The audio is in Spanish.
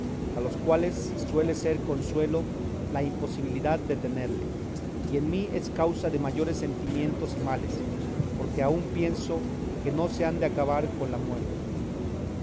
a los cuales suele ser consuelo la imposibilidad de tenerle y en mí es causa de mayores sentimientos y males porque aun pienso que no se han de acabar con la muerte